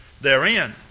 therein